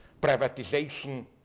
privatization